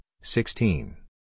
sixteen